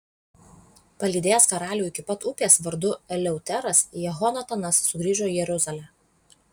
palydėjęs karalių iki pat upės vardu eleuteras jehonatanas sugrįžo į jeruzalę